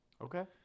Okay